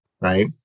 right